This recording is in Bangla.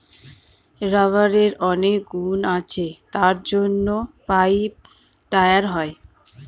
রাবারের অনেক গুণ আছে তার জন্য পাইপ, টায়ার হয়